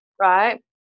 right